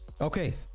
Okay